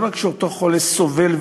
לא רק שאותו חולה סובל,